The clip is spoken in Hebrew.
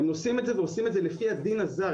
הם עושים את זה ועושים את זה לפי הדין הזר.